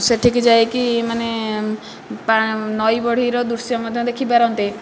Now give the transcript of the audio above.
ସେଠିକି ଯାଇକି ମାନେ ନଈବଢ଼ିର ଦୃଶ୍ୟ ମଧ୍ୟ ଦେଖିପାରନ୍ତେ